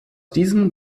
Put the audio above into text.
diesem